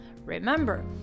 Remember